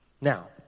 Now